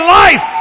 life